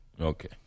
Okay